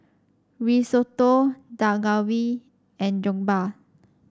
Risotto Dak Galbi and Jokbal